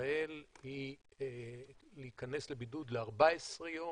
בישראל היא להיכנס לבידוד ל-14 יום.